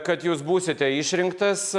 kad jūs būsite išrinktas